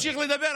אני אמשיך לדבר.